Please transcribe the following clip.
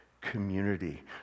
community